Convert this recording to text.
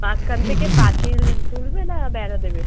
মাঝখান থেকে পাঁচিল তুলবে না বেড়া দেবে